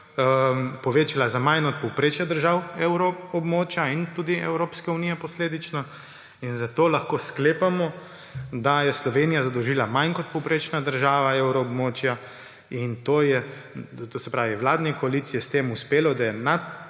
povečala manj od povprečja držav evroobmočja in tudi Evropske unije posledično, zato lahko sklepamo, da se je Slovenija zadolžila manj kot povprečna država evroobmočja, to se pravi vladi in koaliciji je s tem uspelo, da je